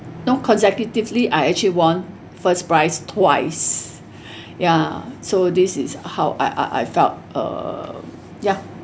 know consecutively I actually won first prize twice ya so this show I I I felt err ya